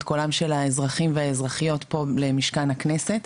את קולם של האזרחים והאזרחיות פה למשכן הכנסת.